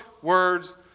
words